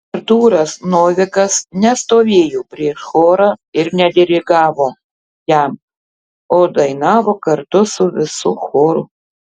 artūras novikas nestovėjo prieš chorą ir nedirigavo jam o dainavo kartu su visu choru